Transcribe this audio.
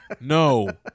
No